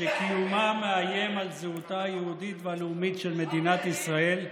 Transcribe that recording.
שקיומה מאיים על זהותה היהודית והלאומית של מדינת ישראל,